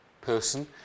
person